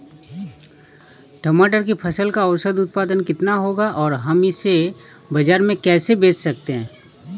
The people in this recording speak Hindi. टमाटर की फसल का औसत उत्पादन कितना होगा और हम इसे बाजार में कैसे बेच सकते हैं?